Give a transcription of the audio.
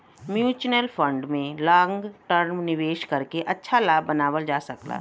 mutual fund में long term निवेश करके अच्छा लाभ बनावल जा सकला